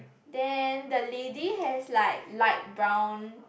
then the lady has like light brown